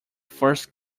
first